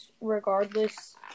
regardless